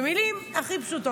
במילים הכי פשוטות,